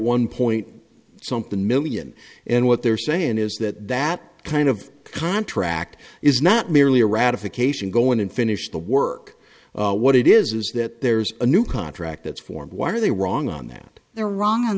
one point something million and what they're saying is that that kind of contract is not merely a ratification go in and finish the work what it is is that there's a new contract that's formed why are they wrong on that they're wrong on